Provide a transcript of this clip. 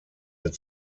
mit